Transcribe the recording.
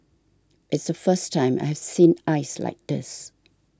it's the first time I have seen ice like this